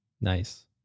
Nice